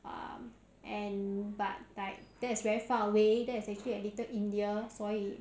um and but like that's very far away that's actually at little india 所以